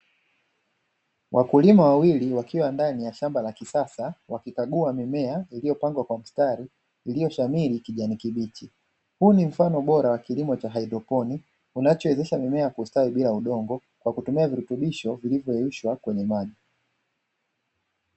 Wakulima wawili wakiwa ndani ya shamba la kisasa wakikagua mimea iliyopangwa kwa mstari iliyoshamiri kijani kibichi, huu ni mfano bora wa kilimo cha haidroponiki, unachowezesha mimea kustawi bila udongo, kwa kutumia virutubisho vilivyoyeyushwa kwenye maji.